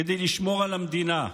כדי לשמור על המדינה.